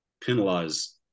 penalize